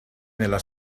nella